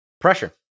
pressure